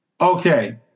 Okay